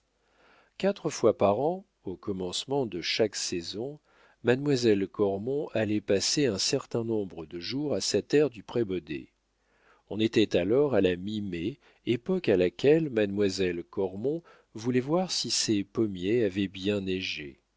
quatre fois par an au commencement de chaque saison mademoiselle cormon allait passer un certain nombre de jours à sa terre du prébaudet on était alors à la mi mai époque à laquelle mademoiselle cormon voulait voir si ses pommiers avaient bien